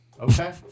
Okay